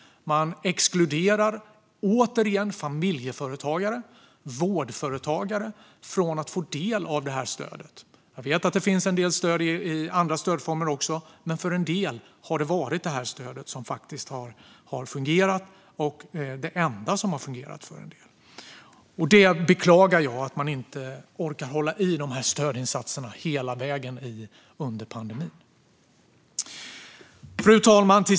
Man exkluderar återigen familjeföretagare och vårdföretagare från att få del av stödet. Jag vet att det finns en del stöd i andra stödformer, men för vissa har detta stöd fungerat. Och det har varit det enda stöd som har fungerat. Jag beklagar att man inte orkar hålla i dessa stödinsatser hela vägen under pandemin. Fru talman!